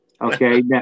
Okay